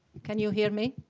can you hear me?